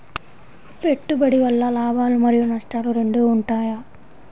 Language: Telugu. పెట్టుబడి వల్ల లాభాలు మరియు నష్టాలు రెండు ఉంటాయా?